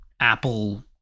apple